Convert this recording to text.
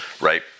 right